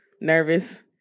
nervous